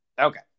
Okay